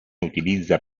utilizza